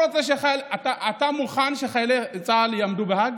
אתה מוכן שחיילי צה"ל יעמדו בהאג?